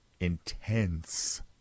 intense